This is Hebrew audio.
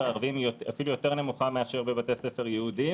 הערביים היא אפילו יותר נמוכה באשר בבתי ספר יהודים.